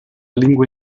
lingua